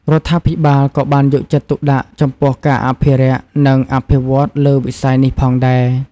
រដ្ឋាភិបាលក៏បានយកចិត្តទុកដាក់ចំពោះការអភិរក្ស និងអភិវឌ្ឍន៍លើវិស័យនេះផងដែរ។